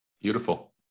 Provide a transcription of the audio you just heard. beautiful